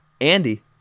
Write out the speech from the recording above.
Andy